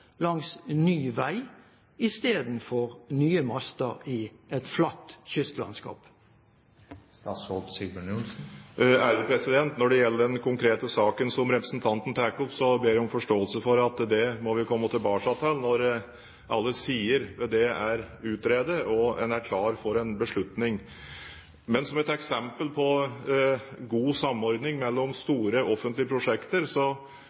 et flatt kystlandskap? Når det gjelder den konkrete saken som representanten tar opp, ber jeg om forståelse for at det må vi komme tilbake til når alle sider ved det er utredet, og en er klar for en beslutning. Men som et eksempel på god samordning mellom store offentlige prosjekter